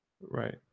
Right